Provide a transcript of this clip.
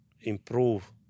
improve